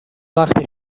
وقتی